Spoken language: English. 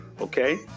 okay